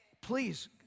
please